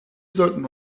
sollten